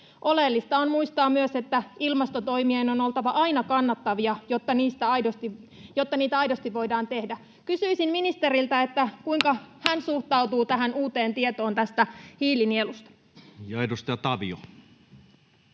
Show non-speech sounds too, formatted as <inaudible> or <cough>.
Oleellista on muistaa myös, että ilmastotoimien on oltava aina kannattavia, jotta niitä aidosti voidaan tehdä. Kysyisin ministeriltä, <noise> kuinka hän suhtautuu tähän uuteen tietoon hiilinielusta. Ja edustaja Tavio.